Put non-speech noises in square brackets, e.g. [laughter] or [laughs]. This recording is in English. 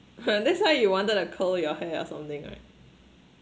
[laughs] that's why you wanted to curl your hair or something right